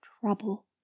trouble